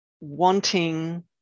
wanting